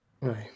right